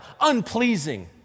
unpleasing